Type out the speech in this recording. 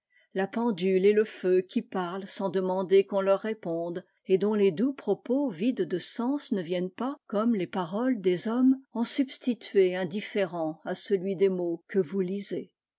la pendule et le feu qui parlent sans demander qu'on leur réponde et dont les doux propos vides de sens ne viennent pas comme les paroles des hommes en substituer un différent à celui des mots que vous lisez